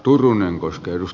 arvoisa puhemies